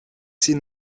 sie